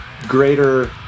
greater